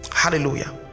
Hallelujah